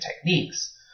techniques